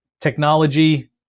technology